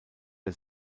der